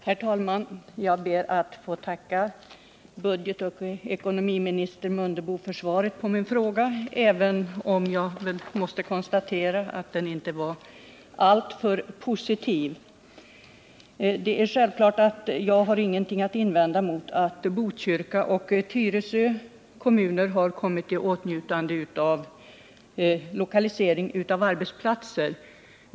Herr talman! Jag ber att få tacka budgetoch ekonomiministern Mundebo för svaret på min fråga, även om jag måste konstatera att det inte var alltför positivt. Jag har självfallet ingenting att invända mot att Botkyrka och Tyresö kommuner har kommit i åtnjutande av lokalisering av arbetsplatser.